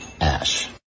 ash